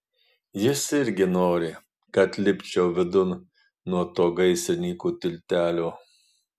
jis irgi nori kad lipčiau vidun nuo to gaisrininkų tiltelio